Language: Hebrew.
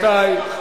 רבותי.